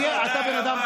תודה רבה.